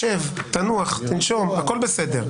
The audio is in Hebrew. שב, תנוח, תנשום, הכול בסדר.